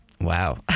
Wow